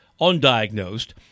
undiagnosed